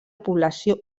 població